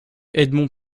edmond